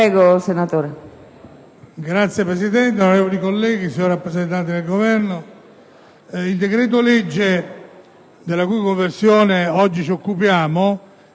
Signora Presidente, onorevoli colleghi, signor rappresentante del Governo, il decreto-legge, della cui conversione oggi ci occupiamo,